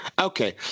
Okay